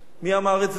מי אמר את זה?